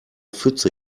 pfütze